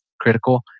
critical